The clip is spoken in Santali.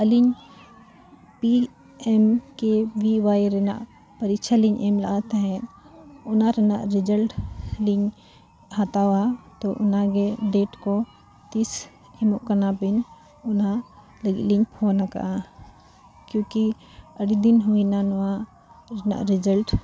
ᱟᱹᱞᱤᱧ ᱯᱤ ᱮᱢ ᱠᱮ ᱵᱷᱤ ᱳᱣᱟᱭ ᱨᱮᱱᱟᱜ ᱯᱟᱨᱤᱠᱠᱷᱟᱞᱤᱧ ᱮᱢ ᱞᱮᱜᱼᱟ ᱛᱟᱦᱮᱸᱫ ᱚᱱᱟ ᱨᱮᱱᱟᱜ ᱨᱮᱡᱟᱞᱴ ᱞᱤᱧ ᱦᱟᱛᱟᱣᱟ ᱛᱚ ᱚᱱᱟ ᱜᱮ ᱰᱮᱴ ᱠᱚ ᱛᱤᱥ ᱮᱢᱚᱜ ᱠᱟᱱᱟ ᱵᱤᱱ ᱚᱱᱟ ᱞᱟᱹᱜᱤᱫ ᱞᱤᱧ ᱯᱷᱳᱱ ᱠᱟᱜᱼᱟ ᱠᱤᱭᱩᱠᱤ ᱟᱹᱰᱤ ᱫᱤᱱ ᱦᱩᱭᱱᱟ ᱱᱚᱣᱟ ᱨᱮᱱᱟᱜ ᱨᱮᱡᱟᱞᱴ